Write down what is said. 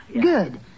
Good